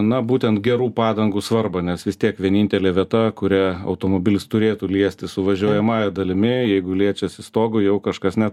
na būtent gerų padangų svarbą nes vis tiek vienintelė vieta kuria automobilis turėtų liestis su važiuojamąja dalimi jeigu liečiasi stogu jau kažkas ne